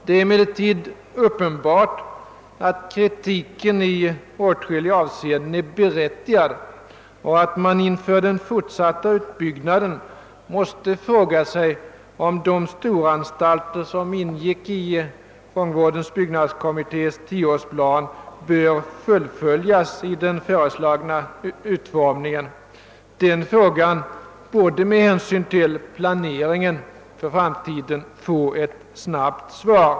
Det är emellertid uppenbart att kritiken i åtskilliga avseenden är berättigad och att man inför den fortsatta utbyggnaden måste fråga sig om de storanstalter som ingick i fångvårdens byggnadskommittés tioårsplan bör fullföljas i den föreslagna utformningen. Den frågan borde med hänsyn till planeringen för framtiden få ett snabbt svar.